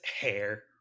hair